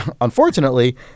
unfortunately